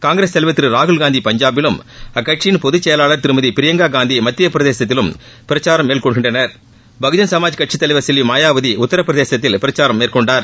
காங்கிரஸ் தலைவா் திரு ராகுல்காந்தி பஞ்சாபிலும் அக்கட்சியின் பொதுச்செயலாளா் திருமதி பிரியங்கா காந்தி மத்திய பிரதேசத்திலும் பிரச்சாரம் மேற்கொள்கின்றனர்பகுஜன் சமாஜ் கட்சித் தலைவர் செல்வி மாயாவதி உத்திரபிரதேசத்தில் பிரச்சாரம் மேற்கொண்டார்